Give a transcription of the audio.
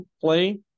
play